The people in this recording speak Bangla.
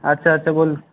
আচ্ছা আচ্ছা বলুন